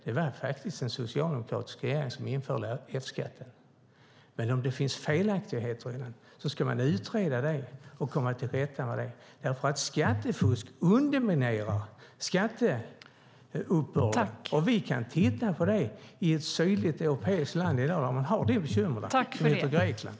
Det var faktiskt en socialdemokratisk regering som införde F-skatten. Men finns det felaktigheter ska man utreda det och komma till rätta med det. Skattefusk underminerar nämligen skatteuppbörden. Detta bekymmer har man i ett sydeuropeiskt land i dag. Det heter Grekland.